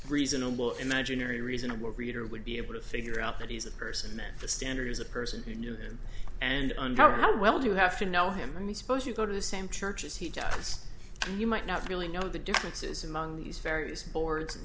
reasonable imaginary reasonable reader would be able to figure out that he's a person met the standard as a person you know and under how well do you have to know him i mean suppose you go to the same church as he does you might not really know the differences among these various boards and